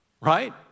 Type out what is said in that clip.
right